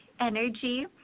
energy